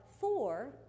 four